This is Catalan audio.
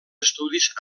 estudis